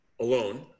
alone